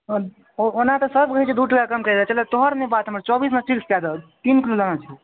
ओना तऽ सब कहै छै दू रुपैआ कम कऽ दै छिओ तोहर बात ने चौबीसमे तीन किलो दऽ दहक तीन किलो लेना छै